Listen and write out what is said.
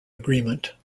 agreement